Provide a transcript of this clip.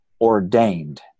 ordained